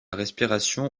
respiration